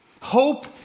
Hope